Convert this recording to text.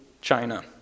China